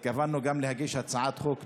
גם התכוונו להגיש הצעת חוק דומה,